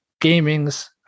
gaming's